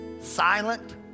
silent